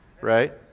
right